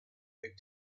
big